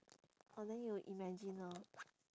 orh then you will imagine lor